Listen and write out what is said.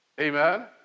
Amen